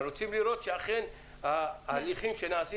אנחנו רוצים לראות שאכן ההליכים שנעשים